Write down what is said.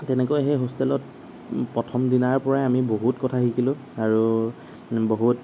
তেনেকৈ সেই হোষ্টেলত প্ৰথম দিনাৰ পৰাই আমি বহুত কথা শিকিলোঁ আৰু বহুত